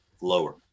Lower